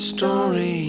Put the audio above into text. story